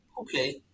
okay